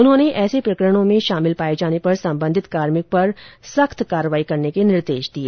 उन्होंने ऐसे प्रकरणों में शामिल पाए जाने पर सम्बन्धित कार्मिक पर सख्त कार्यवाही करने के निर्देश दिए